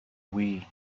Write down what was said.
wii